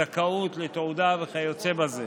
זכאות לתעודה וכיוצא בזה.